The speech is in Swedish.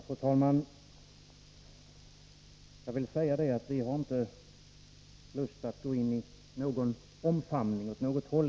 Fru talman! Vi har inte lust att gå in i någon omfamning åt något håll.